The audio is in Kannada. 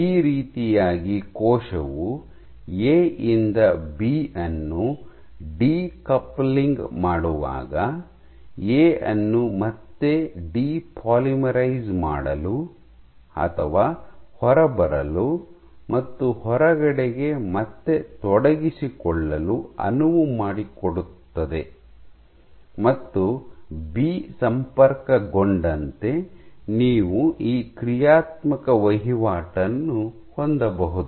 ಈ ರೀತಿಯಾಗಿ ಕೋಶವು ಎ ಯಿಂದ ಬಿ ಅನ್ನು ಡಿಕೌಪ್ಲಿಂಗ್ ಮಾಡುವಾಗ ಎ ಅನ್ನು ಮತ್ತೆ ಡಿಪೋಲೈಮರೈಸ್ ಮಾಡಲು ಅಥವಾ ಹೊರಬರಲು ಮತ್ತು ಹೊರಗಡೆಗೆ ಮತ್ತೆ ತೊಡಗಿಸಿಕೊಳ್ಳಲು ಅನುವು ಮಾಡಿಕೊಡುತ್ತದೆ ಮತ್ತು ಬಿ ಸಂಪರ್ಕಗೊಂಡಂತೆ ನೀವು ಈ ಕ್ರಿಯಾತ್ಮಕ ವಹಿವಾಟನ್ನು ಹೊಂದಬಹುದು